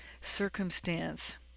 circumstance